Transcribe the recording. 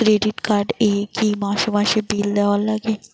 Credit card এ কি মাসে মাসে বিল দেওয়ার লাগে?